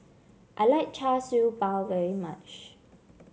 I like Char Siew Bao very much